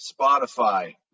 Spotify